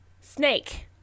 Snake